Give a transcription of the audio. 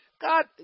God